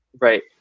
Right